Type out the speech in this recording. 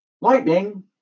Lightning